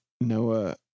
Noah